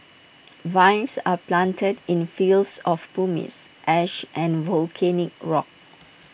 vines are planted in fields of pumice ash and volcanic rock